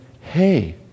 hey